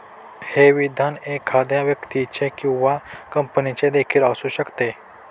हे विधान एखाद्या व्यक्तीचे किंवा कंपनीचे देखील असू शकते